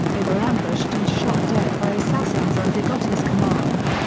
they were ambushed and shot dead by assassins under gotti's command.